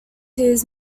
his